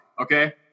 Okay